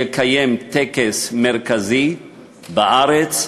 יקיים טקס מרכזי בארץ.